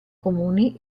comuni